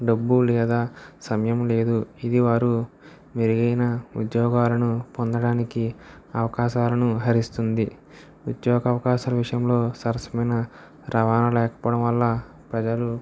డబ్బు లేదు సమయం లేదు ఇది వారు మెరుగైన ఉద్యాగాలను పొందడానికి అవకాశాలను హరిస్తుంది ఉద్యోగ అవకాశ విషయంలో సరసమైన రవాణా లేకపోవడం వల్ల ప్రజలు